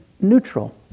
neutral